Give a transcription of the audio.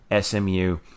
SMU